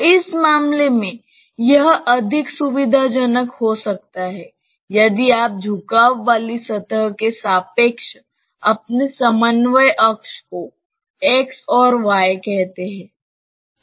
तो इस मामले में यह अधिक सुविधाजनक हो सकता है यदि आप झुकाव वाली सतह के सापेक्ष अपने समन्वय अक्ष को x और y कहते हैं